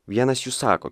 vienas jų sako